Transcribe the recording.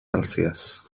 celsius